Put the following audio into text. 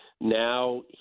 now